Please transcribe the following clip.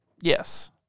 Yes